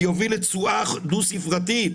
זה יוביל לתשואה דו-ספרתית,